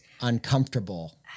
uncomfortable